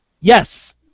yes